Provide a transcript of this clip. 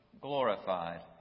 glorified